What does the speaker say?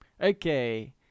Okay